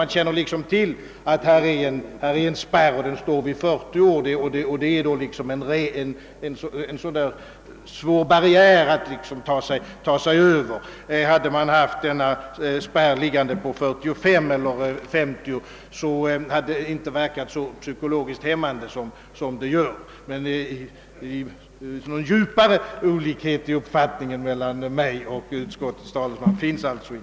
Vad man vet är, att det finns en spärr vid 40 år, och den gör tjänst som en svår barriär att ta sig över. En spärr vid 45 eller 50 år hade inte verkat lika psykologiskt hämmande. Någon större olikhet i uppfattningarna mellan mig och utskottets talesman finns emeHertid inte.